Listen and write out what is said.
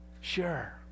Sure